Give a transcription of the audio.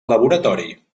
laboratori